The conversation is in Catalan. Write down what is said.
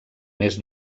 mes